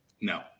no